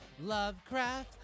Lovecraft